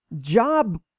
job